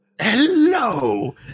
Hello